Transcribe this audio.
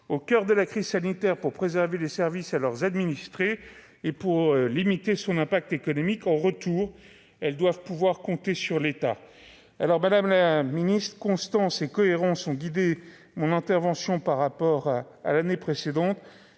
au coeur de la crise sanitaire pour préserver les services rendus à leurs administrés et pour limiter l'impact économique de ladite crise. En retour, elles doivent pouvoir compter sur l'État. Madame la ministre, constance et cohérence ont guidé mon intervention, par rapport à celle de l'année précédente.